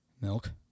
Milk